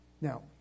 Now